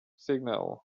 signal